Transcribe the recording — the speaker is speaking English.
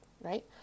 right